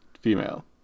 female